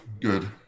good